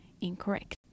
incorrect